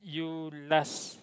you last